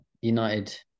United